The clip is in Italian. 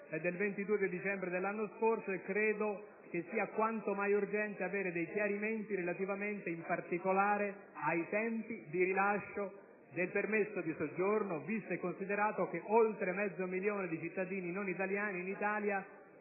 il 22 dicembre dello scorso anno. Credo sia quanto mai urgente avere dei chiarimenti relativamente, in particolare, ai tempi di rilascio del permesso di soggiorno, visto e considerato che oltre mezzo milione di cittadini non italiani presenti